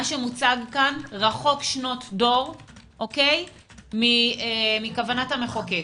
מה שמוצג כאן רחוק שנות דור מכוונת המחוקק.